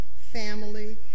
family